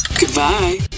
Goodbye